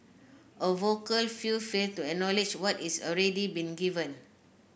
a vocal few fail to acknowledge what is already being given